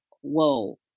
Whoa